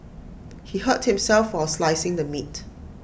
he hurt himself while slicing the meat